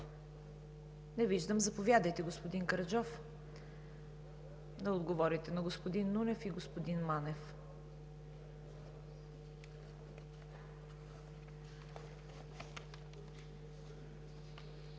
Не виждам. Заповядайте, господин Караджов, да отговорите на господин Нунев и господин Манев.